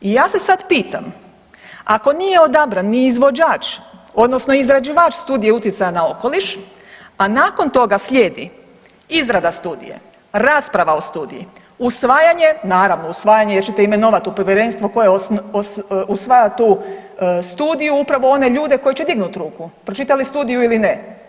I ja se sad pitam, ako nije odabran ni izvođač odnosno izrađivač studije utjecaja na okoliš, a nakon toga slijedi izrada studije, rasprava o studiji, usvajanje, naravno usvajanje jer ćete imenovati u povjerenstvo koje usvaja tu studiju upravo one ljude koji će dignuti ruku, pročitali studiju ili ne.